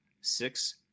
six